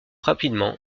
rapidement